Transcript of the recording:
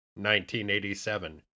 1987